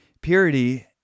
purity